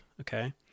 okay